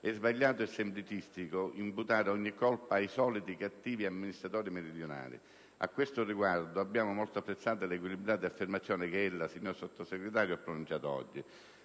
È sbagliato e semplicistico imputare ogni colpa ai soliti cattivi amministratori meridionali. A questo riguardo, abbiamo molto apprezzato le equilibrate affermazioni che ella, signor Sottosegretario, ha pronunciato oggi.